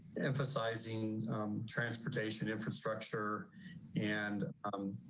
emphasizing transportation infrastructure and